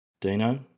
Dino